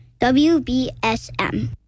WBSM